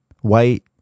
white